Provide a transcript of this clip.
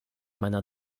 meiner